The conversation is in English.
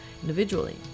individually